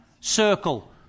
Circle